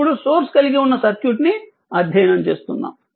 ఇప్పుడు సోర్స్ కలిగి ఉన్న సర్క్యూట్ ని అధ్యయనం చేస్తున్నాము